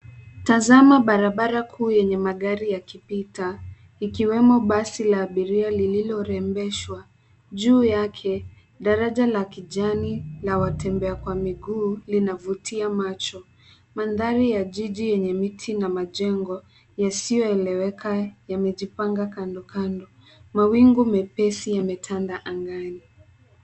Tazama barabara kuu yanye magari yakipita; likiwemo basi la abiria lililorembeshwa na juu yake daraja la kijani, la watembea kwa miguu linavutia macho. Maandhari ya jii lenye miti na majengo yasiyoeleweka yamejipanga kando kando, Mawingu mepesi yametanda angani.